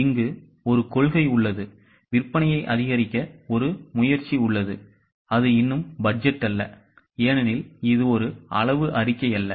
இங்கு ஒரு கொள்கை உள்ளது விற்பனையை அதிகரிக்க ஒரு முயற்சி உள்ளது அது இன்னும் பட்ஜெட் அல்ல ஏனெனில் இது ஒரு அளவு அறிக்கை அல்ல